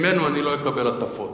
ממנו אני לא אקבל הטפות.